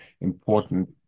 important